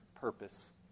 purpose